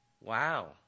wow